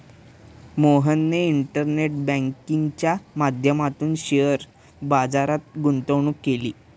मोहनने इंटरनेट बँकिंगच्या माध्यमातून शेअर बाजारात गुंतवणूक केली